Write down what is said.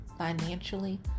financially